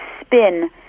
spin